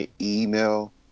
email